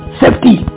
safety